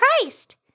Christ